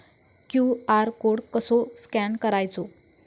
QR code कसो scan करायचो?